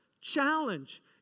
challenge